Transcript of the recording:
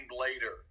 later